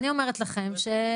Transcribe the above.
לא יודעת מה להגיד.